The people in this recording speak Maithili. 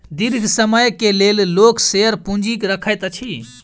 दीर्घ समय के लेल लोक शेयर पूंजी रखैत अछि